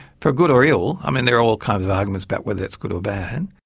for good or ill. i mean there are all kinds of arguments about whether that's good or bad.